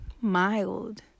mild